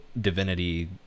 Divinity